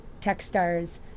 Techstars